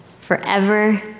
forever